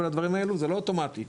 כל אלה הם לא אוטומטיים,